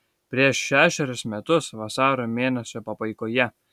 prieš šešerius metus vasario mėnesio pabaigoje